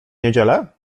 niedzielę